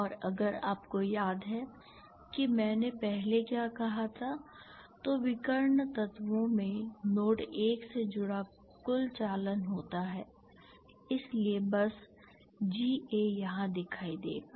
और अगर आपको याद है कि मैंने पहले क्या कहा था तो विकर्ण तत्वों में नोड 1 से जुड़ा कुल चालन होता है इसलिए बस Ga यहां दिखाई देगा